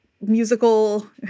musical